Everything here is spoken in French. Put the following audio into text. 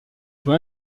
peut